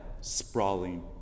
sprawling